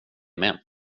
med